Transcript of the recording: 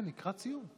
כן, לקראת סיום.